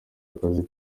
akazi